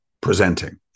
presenting